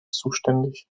zuständig